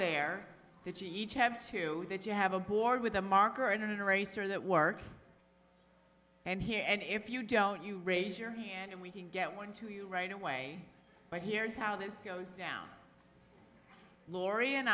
there that you each have to that you have a board with a marker and eraser that work and here and if you don't you raise your hand we can get one to you right away but heres how this goes down laurie and